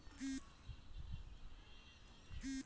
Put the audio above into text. financial engineering course कर वात बहुत ज्यादा पैसा लाग छे